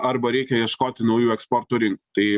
arba reikia ieškoti naujų eksporto rinkų tai